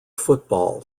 football